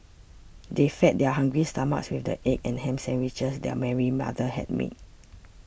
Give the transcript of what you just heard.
they fed their hungry stomachs with the egg and ham sandwiches that Mary's mother had made